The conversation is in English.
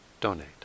donate